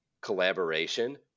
collaboration